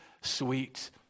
sweet